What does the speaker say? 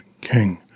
King